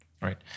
Right